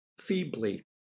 feebly